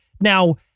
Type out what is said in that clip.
Now